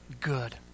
good